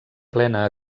plena